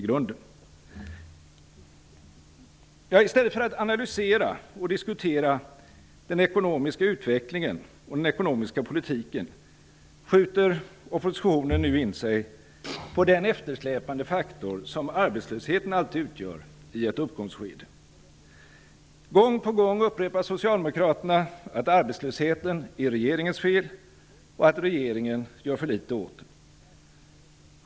I stället för att analysera och diskutera den ekonomiska utvecklingen och den ekonomiska politiken skjuter oppositionen nu in sig på den eftersläpande faktor som arbetslösheten alltid utgör i ett uppgångsskede. Gång på gång upprepar socialdemokraterna att arbetslösheten är regeringens fel och att regeringen gör för lite åt den.